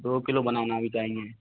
दो kilo banana भी चाहिए